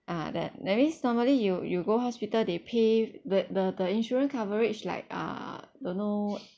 ah that that means normally you you go hospital they pay the the the insurance coverage like uh don't know